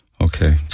Okay